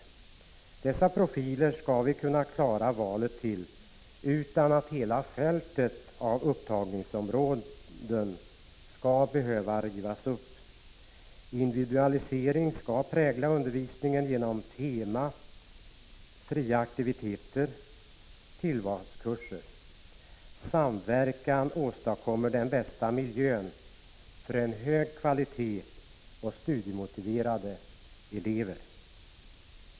Valet till dessa profilerade skolor skall vi kunna klara, utan att hela fältet av upptagningsområden skall behöva rivas upp. Individualisering skall prägla undervisningen genom tema, fria aktiviteter och tillvalskurser. Samverkan åstadkommer den bästa miljön för en hög kvalitet och för studiemotiverade elever.